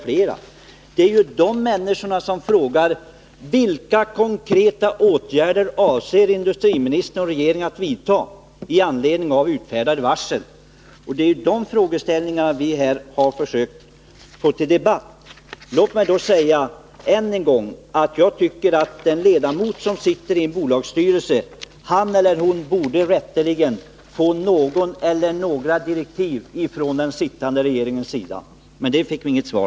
Det är ju människorna där som frågar: Vilka konkreta åtgärder avser industriministern och regeringen att vidta med anledning av utfärdade varsel? Och det är ju dessa frågor som vi här har försökt debattera. Låt mig än en gång säga att jag tycker att en ledamot som sitter i en bolagsstyrelse rätteligen borde få något direktiv av den sittande regeringen. När det gäller den saken fick vi inget svar.